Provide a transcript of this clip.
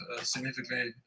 significantly